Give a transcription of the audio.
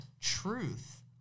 truth